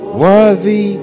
worthy